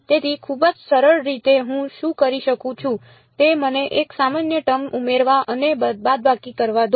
તેથી ખૂબ જ સરળ રીતે હું શું કરી શકું છું તે મને એક સામાન્ય ટર્મ ઉમેરવા અને બાદબાકી કરવા દો